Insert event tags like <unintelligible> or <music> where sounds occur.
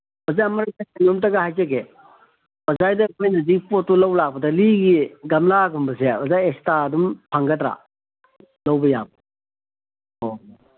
ꯑꯗꯒꯤ ꯑꯃꯅ <unintelligible> ꯀꯩꯅꯣꯝꯇꯪꯒ ꯍꯥꯏꯖꯒꯦ ꯑꯣꯖꯥꯗꯩꯗ ꯑꯩꯈꯣꯏꯅ ꯄꯣꯠꯇꯣ ꯂꯧ ꯂꯥꯛꯄꯗ ꯂꯤꯒꯤ ꯒꯝꯂꯥꯒꯨꯝꯕꯁꯦ ꯑꯣꯖꯥ ꯑꯦꯛꯁꯇ꯭ꯔꯥ ꯑꯗꯨꯝ ꯐꯪꯒꯗ꯭ꯔꯥ ꯂꯧꯕ ꯌꯥꯕ ꯑꯣ